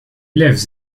lives